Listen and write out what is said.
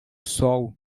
sol